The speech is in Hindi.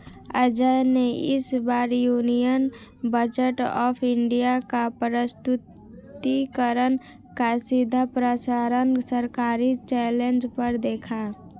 अजय ने इस बार यूनियन बजट ऑफ़ इंडिया का प्रस्तुतिकरण का सीधा प्रसारण सरकारी चैनल पर देखा